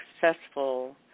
successful